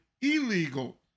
illegal